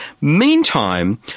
Meantime